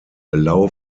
allow